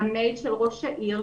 למייל של ראש העיר,